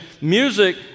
Music